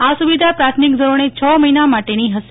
આ સુવિધા પ્રાથમિક ધોરણે છ મહિના માટેની હશે